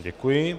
Děkuji.